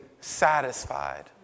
satisfied